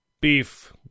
beef